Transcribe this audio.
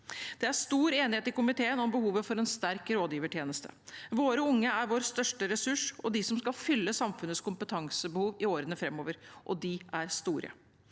Det er stor enighet i komiteen om behovet for en sterk rådgivertjeneste. Våre unge er vår største ressurs og de som skal fylle samfunnets kompetansebehov i årene framover, og de er store.